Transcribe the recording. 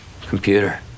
Computer